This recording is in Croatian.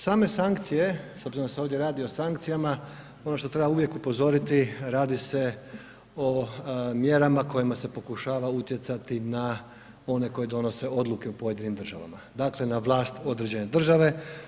Same sankcije s obzirom da se ovdje radi o sankcijama, ono što treba uvijek upozoriti radi se o mjerama kojima se pokušava utjecati na one koji donose odluke u pojedinim državama dakle, na vlast određene države.